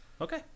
Okay